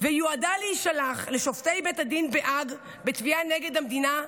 ויועדה להישלח לשופטי בית הדין בהאג בתביעה נגד המדינה,